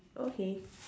okay